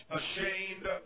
ashamed